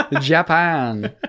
Japan